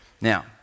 Now